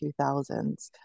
2000s